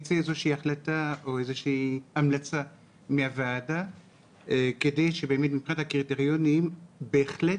שתצא החלטה או המלצה מהוועדה כדי שמבחינת הקריטריונים בהחלט